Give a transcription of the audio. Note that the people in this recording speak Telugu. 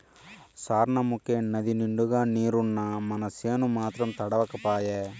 సార్నముకే నదినిండుగా నీరున్నా మనసేను మాత్రం తడవక పాయే